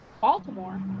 Baltimore